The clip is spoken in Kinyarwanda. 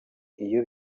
iyo